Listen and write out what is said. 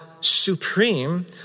supreme